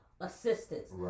assistance